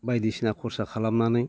बायदिसिना खरसा खालामनानै